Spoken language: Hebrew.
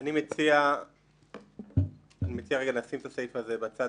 אני מציע לשים את הסעיף הזה בצד